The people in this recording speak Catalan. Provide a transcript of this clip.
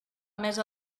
mesa